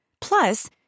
Plus